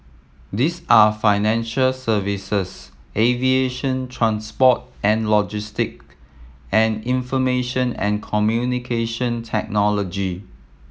these are financial services aviation transport and logistic and information and Communication Technology